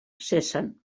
cessen